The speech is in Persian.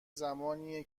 زمانیه